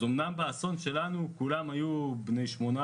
באסון שלנו כולם היום בני 18,